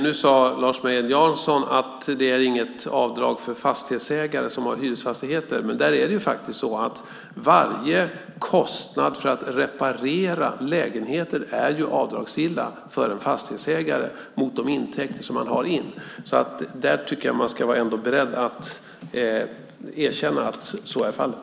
Nu sade Lars Mejern Larsson att det inte finns något avdrag för fastighetsägare som har hyresfastigheter. Men där är det faktiskt så att varje kostnad för att reparera lägenheten är avdragsgill för en fastighetsägare mot de intäkter han får in. Där tycker jag att man ändå ska vara beredd att erkänna att så är fallet.